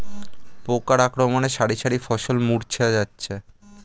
পোকার আক্রমণে শারি শারি ফসল মূর্ছা যাচ্ছে